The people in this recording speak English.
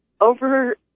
over